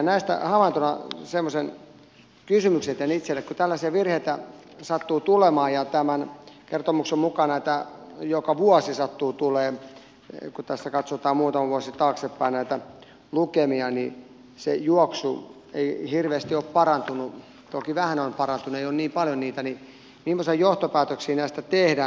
näistä havaintona semmoisen kysymyksen tein itselleni että kun tällaisia virheitä sattuu tulemaan ja tämän kertomuksen mukaan näitä joka vuosi sattuu tulemaan kun tässä katsotaan muutama vuosi taaksepäin näitä lukemia niin se juoksu ei hirveästi ole parantunut toki vähän on parantunut ei ole niin paljon niitä niin mimmoisia johtopäätöksiä näistä tehdään